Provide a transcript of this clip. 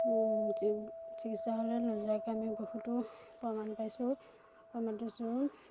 চিকিৎসালয়লৈ নোযোৱাকৈ আমি বহুতো প্ৰমাণ পাইছোঁ প্ৰমাণ পাইছোঁ